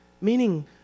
Meaning